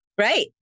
right